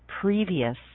previous